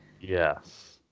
Yes